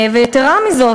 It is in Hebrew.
ויתרה מזאת,